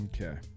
Okay